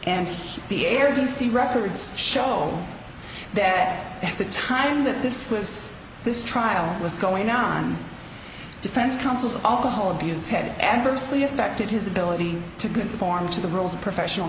and the air to see records show that at the time that this was this trial was going on defense counsels on the whole abuse had adversely affected his ability to conform to the rules of professional